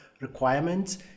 requirements